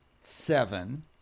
seven